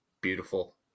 Beautiful